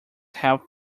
help